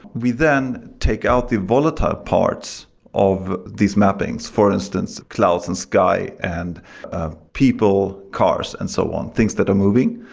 we then take out the volatile parts of these mappings, for instance, clouds and sky, and people, cars and so on, things that are moving.